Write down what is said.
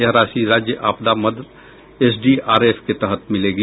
यह राशि राज्य आपदा मद एसडीआरएफ के तहत मिलेगी